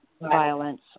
violence